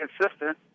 consistent